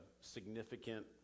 significant